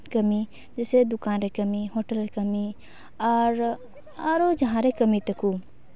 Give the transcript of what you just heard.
ᱠᱟᱹᱢᱤ ᱡᱮᱭᱥᱮ ᱫᱚᱠᱟᱱᱨᱮ ᱠᱟᱹᱢᱤ ᱦᱳᱴᱮᱞ ᱠᱟᱹᱢᱤ ᱟᱨ ᱟᱨᱚ ᱡᱟᱦᱟᱸᱨᱮ ᱠᱟᱹᱢᱤ ᱛᱟᱠᱚ